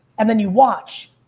and then you watch.